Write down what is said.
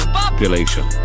population